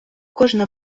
кожна